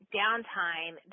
downtime